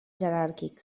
jeràrquic